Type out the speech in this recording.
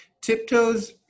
Tiptoes